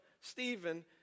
Stephen